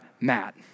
Matt